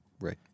right